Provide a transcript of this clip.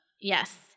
Yes